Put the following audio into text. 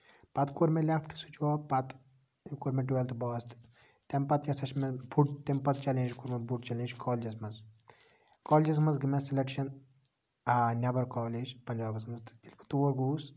پَتہٕ کوٚر مےٚ لیفٹ سُہ جوب پَتہٕ تہٕ کوٚر مےٚ ٹُویلتھ پاس تہٕ تَمہِ پَتہٕ کیاہ سا چھُ مےٚ فُٹ تمہِ پتہٕ چیلینج کوٚرمُت بوٚڑ چیلینج کالیجَس منٛز کالیجَس منٛز گے مےٚ سِلیکشَن آ نیبر کالیج پَنجابَس منٛز تہٕ ییٚلہِ بہٕ تور گووس